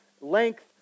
length